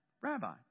Rabbi